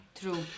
true